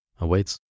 awaits